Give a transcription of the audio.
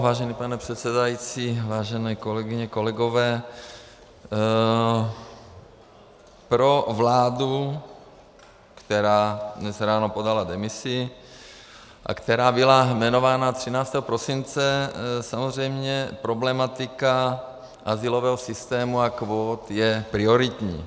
Vážený pane předsedající, vážené kolegyně, kolegové, pro vládu, která dnes ráno podala demisi a která byla jmenována 13. prosince, samozřejmě problematika azylového systému a kvót je prioritní.